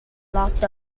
locked